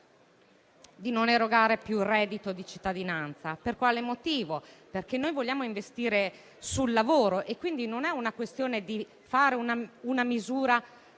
di non erogare più il reddito di cittadinanza. Per quale motivo? Noi vogliamo investire sul lavoro e, quindi, non è questione di fare una misura